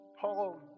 Paul